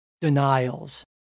denials